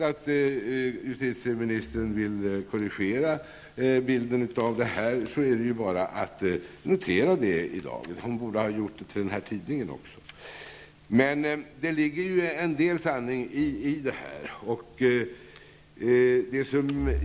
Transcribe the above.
Om justitieministern vill korrigera bilden är det bara att göra det i dag. Hon borde ha gjort det också i tidningsintervjun. Det ligger en del sanning i det här.